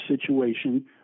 situation